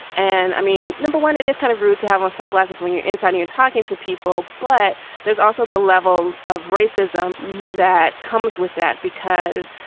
and i mean, no one it is kind of rude to have all sunglasses when you're inside. you're talking to people. but there's also the level of racism that comes with that because,